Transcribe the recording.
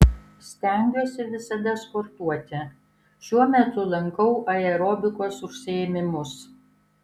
stengiuosi visada sportuoti šiuo metu lankau aerobikos užsiėmimus